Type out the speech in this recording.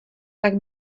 tak